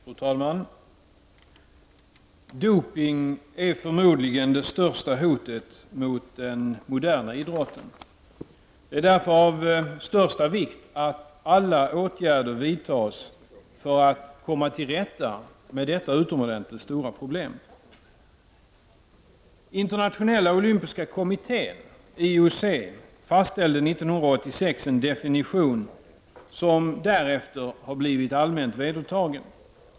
Fru talman! Dopning är förmodligen det största hotet mot den moderna idrotten. Det är därför av största vikt att alla åtgärder vidtas för att komma till rätta med detta utomordentligt stora problem. Internationella olympiska kommittén, IOC, fastställde år 1986 en definition som därefter har blivit allmänt vedertagen.